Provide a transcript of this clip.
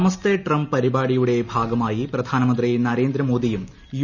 നമസ്തേ Trump പരിപാടിയുടെ ഭാഗമായി പ്രധാനമന്ത്രി നരേന്ദ്രമോദിയും യു